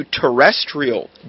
terrestrial